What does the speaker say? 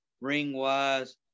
ring-wise